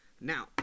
Now